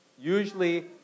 usually